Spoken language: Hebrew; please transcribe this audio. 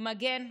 מגן פנים,